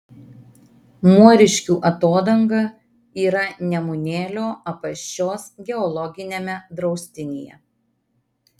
muoriškių atodanga yra nemunėlio apaščios geologiniame draustinyje